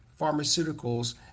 pharmaceuticals